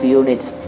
units